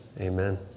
Amen